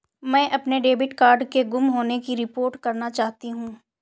मैं अपने debit card के गुम होने की रिपोर्ट करना चाहती हूँ